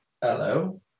Hello